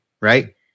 Right